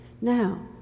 Now